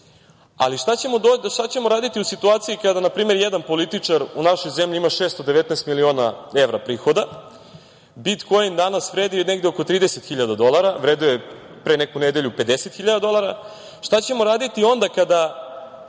ali šta ćemo raditi u situaciji kada na primer jedan političar u našoj zemlji ima 619 miliona evra prihoda, bitkoin danas vredi negde oko 30 hiljada dolara, vredeo je pre neku nedelju 50 hiljada dolara, šta ćemo raditi onda kada